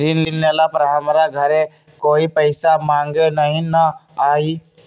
ऋण लेला पर हमरा घरे कोई पैसा मांगे नहीं न आई?